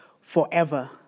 forever